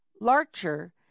larcher